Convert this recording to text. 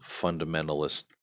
fundamentalist